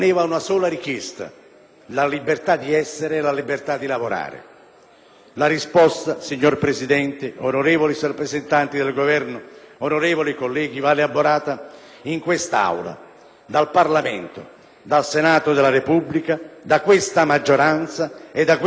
La risposta, signor Presidente, onorevoli rappresentanti del Governo, onorevoli colleghi, va elaborata in quest'Aula dal Parlamento, dal Senato della Repubblica, da questa maggioranza e da questa opposizione, senza arroganze. *(Applausi